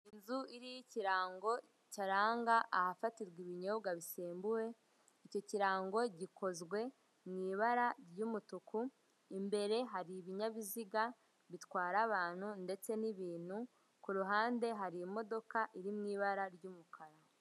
Inzu iriho ikirango kiranga ahafatirwa ibinyobwa bisembuwe, icyo kirango gikozwe mu ibara ry'umutuku, imbere hari ibinyabiziga bitwara abantu ndetse n'ibintu kuruhande hari imodoka iri mu ibara ry'umukara.